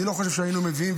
אני לא חושב שהיינו מביאים,